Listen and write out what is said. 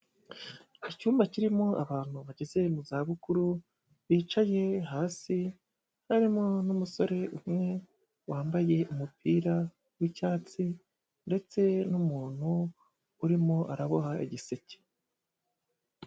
Icyumba kirimo abantu bageze mu zabukuru bicaye hasi, harimo n'umusore umwe wambaye umupira w'icyatsi ndetse n'umuntu urimo araboha igiseke.